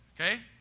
Okay